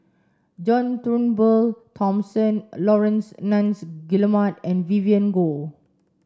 John Turnbull Thomson Laurence Nunns Guillemard and Vivien Goh